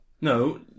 No